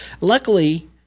luckily